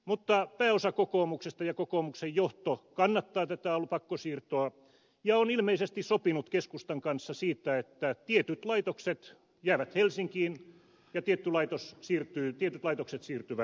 mutta pääosa kokoomuksesta ja kokoomuksen johto kannattaa tätä pakkosiirtoa ja on ilmeisesti sopinut keskustan kanssa siitä että tietyt laitokset jäävät helsinkiin ja tietyt laitokset siirtyvät muualle